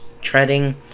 treading